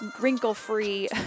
wrinkle-free